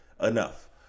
enough